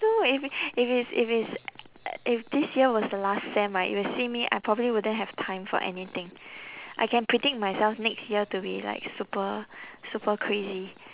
so if if it's if it's if this year was the last sem right you will see me I probably wouldn't have time for anything I can predict myself next year to be like super super crazy